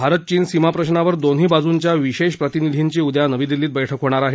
भारत चीन सीमा प्रशावर दोन्ही बाजूंच्या विशेष प्रतिनिधींची उद्या नवी दिल्लीत बैठक होणार आहे